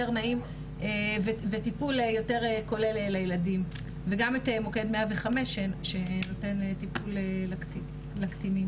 נעים וטיפול יותר כולל לילדים וגם את מוקד 105 שנותן טיפול לקטינים.